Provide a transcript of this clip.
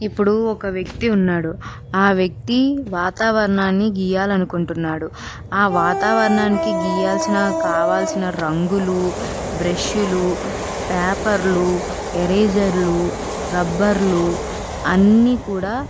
ఇప్పుడు ఒక వ్యక్తి ఉన్నాడు ఆ వ్యక్తి వాతావరణాన్ని గీయాలి అనుకుంటున్నాడు ఆ వాతావరణానికి గీయాల్సిన కావాల్సిన రంగులు బ్రషులు పేపర్లు ఎరేజర్లు రబ్బర్లు అన్నీ కూడా